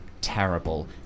terrible